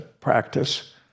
practice